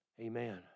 Amen